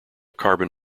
carbon